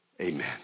Amen